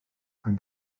pan